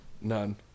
None